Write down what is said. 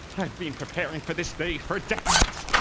i've been preparing for this day for decades.